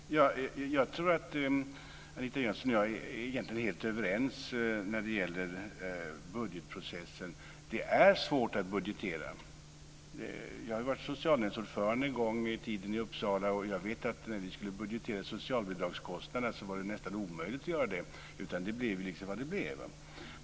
Fru talman! Jag tror att Anita Jönsson och jag är helt överens när det gäller budgetprocessen. Det är svårt att budgetera. Jag har varit socialnämndsordförande i Uppsala en gång i tiden, och jag vet att det var nästan omöjligt att budgetera socialbidragskostnaderna. Det blev liksom vad det blev.